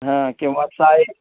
हां किंवा साय